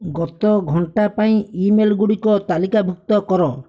ଗତ ଘଣ୍ଟା ପାଇଁ ଇମେଲ ଗୁଡ଼ିକ ତାଲିକାଭୁକ୍ତ କର